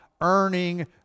earning